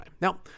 Now